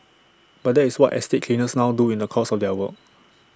but that is what estate cleaners now do in the course of their work